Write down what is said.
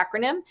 acronym